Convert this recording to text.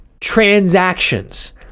Transactions